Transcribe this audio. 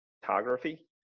photography